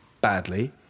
badly